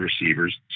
receivers